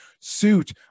suit